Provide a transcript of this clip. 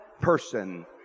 person